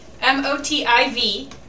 M-O-T-I-V